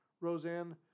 Roseanne